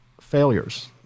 failures